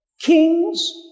kings